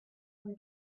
cinq